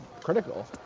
critical